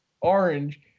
orange